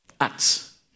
Acts